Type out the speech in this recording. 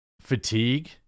fatigue